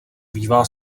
bývá